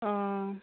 অঁ